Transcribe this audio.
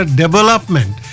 development